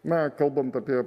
na kalbant apie